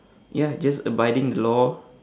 ya just abiding the law